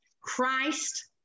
christ